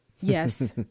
Yes